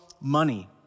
money